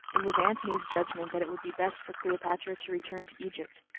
it was antony's judgment that it would be best for cleopatra to return to egypt,